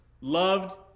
loved